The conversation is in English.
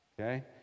Okay